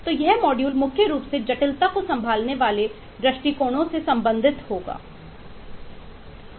तो यह मॉड्यूल मुख्य रूप से जटिलता को संभालने वाले दृष्टिकोणों से संबंधित होगा